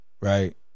Right